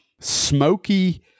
smoky